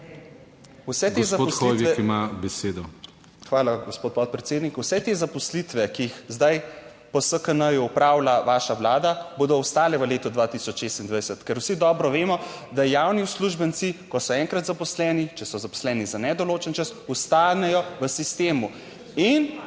Vse te zaposlitve, ki jih zdaj po SKN opravlja vaša vlada, bodo ostale v letu 2026, ker vsi dobro vemo, da javni uslužbenci, ko so enkrat zaposleni, če so zaposleni za nedoločen čas, ostanejo v sistemu. In...